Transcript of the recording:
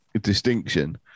distinction